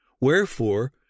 Wherefore